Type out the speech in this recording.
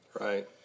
Right